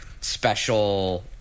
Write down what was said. special